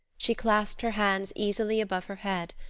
she clasped her hands easily above her head,